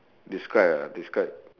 describe ah describe